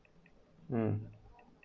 um